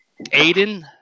Aiden